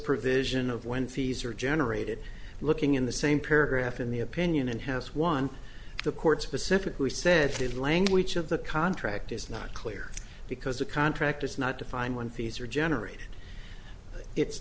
provision of when fees are generated looking in the same paragraph in the opinion and has one the court specifically said the language of the contract is not clear because a contract is not defined when fees are generated it's